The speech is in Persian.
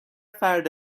فرد